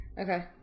Okay